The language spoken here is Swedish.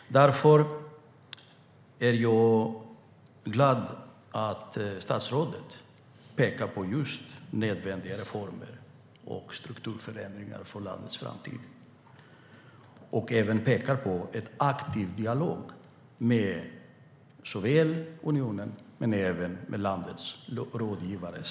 Jag är därför glad att statsrådet pekar på just nödvändiga reformer och strukturförändringar för landets framtid och även en aktiv dialog med såväl unionen som landets rådgivare.